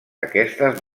aquestes